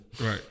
Right